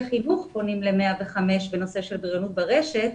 חינוך פונים ל-105 בנושא של בריונות ברשת,